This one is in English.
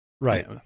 Right